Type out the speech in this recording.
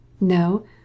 No